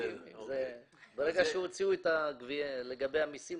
ברגע שהוציאו לגבי המסים,